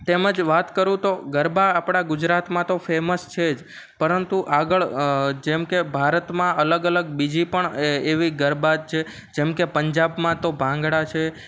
તેમજ વાત કરું તો ગરબા આપણા ગુજરાતમાં તો ફેમસ છે જ પરંતુ આગળ જેમકે ભારતમાં અલગ અલગ બીજી પણ એવી ગરબા જ જેમકે પંજાબમાં તો ભાંગડા છે